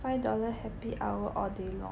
five dollar happy hour all day long